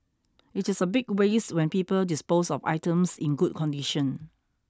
it is a big waste when people dispose of items in good condition